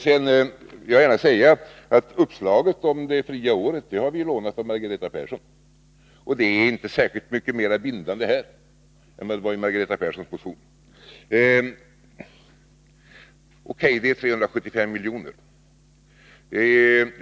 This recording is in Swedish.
Jag vill gärna säga att vi har lånat uppslaget om det fria året av Margareta Persson. Det är inte särskilt mycket mer bindande här än vad det var i Margareta Perssons motion. O.K., det är 375 milj.kr. som det här rör sig om.